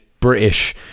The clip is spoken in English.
British